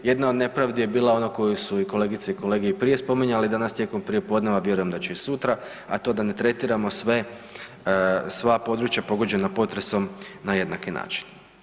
Jedna od nepravdi je bila i ona koju su kolegice i kolege i prije spominjali danas tijekom prijepodneva, vjerujem da će i sutra, a to je da ne tretiramo sva područja pogođena potresom na jednaki način.